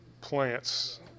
plants